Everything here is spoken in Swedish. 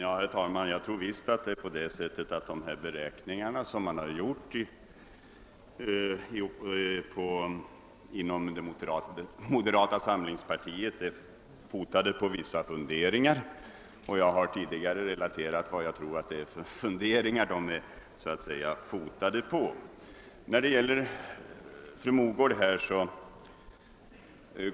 Herr talman! Jag tror visst att de beräkningar som man har gjort inom moderata samlingspartiet är fotade på vissa funderingar. Jag har tidigare relaterat min uppfattning om vilka funderingar dessa beräkningar är fotade på.